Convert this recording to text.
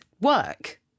work